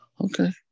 Okay